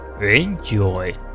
Enjoy